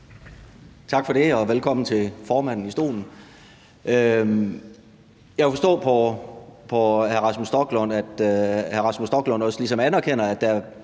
Tak for det, og velkommen til formanden i stolen. Jeg kunne forstå på hr. Rasmus Stoklund, at hr. Rasmus Stoklund også ligesom anerkender, at der